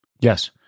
Yes